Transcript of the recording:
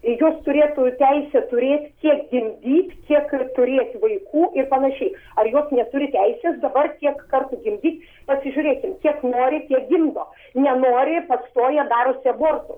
jos turėtų teisę turėti tiek gimdyti kiek turėti vaikų ir panašiai ar jos neturi teisės dabar kiek kartų gimdyt pasižiūrėkim kiek nori tiek gimdo nenori pastoja darosi abortus